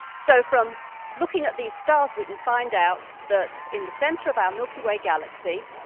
so from looking at these starts we can find out that in the center of our milky way galaxy.